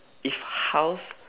if house